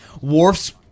Worf's